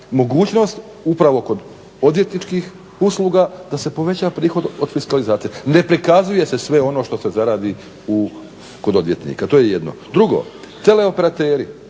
mogućnost upravo kod odvjetničkih usluga da se poveća prihod od fiskalizacije, ne prikazuje se sve ono što se zaradi kod odvjetnika, to je jedno. Drugo, tele operateri,